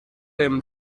him